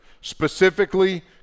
specifically